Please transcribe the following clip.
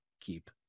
keep